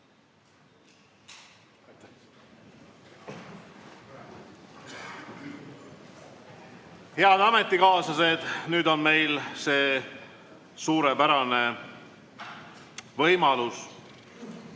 Head ametikaaslased, nüüd on meil suurepärane võimalus